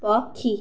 ପକ୍ଷୀ